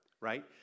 right